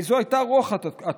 זו הייתה רוח התקופה.